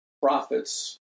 prophets